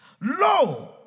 Lo